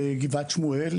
בגבעת שמואל,